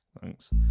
Thanks